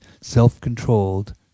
self-controlled